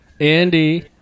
Andy